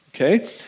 okay